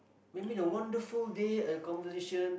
maybe the wonderful day a conversation